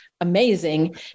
amazing